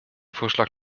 vorschlag